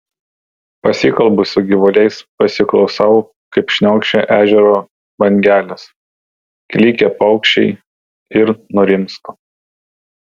pasikalbu su gyvuliais pasiklausau kaip šniokščia ežero bangelės klykia paukščiai ir nurimstu